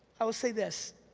i will say this,